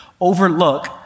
overlook